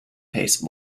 pace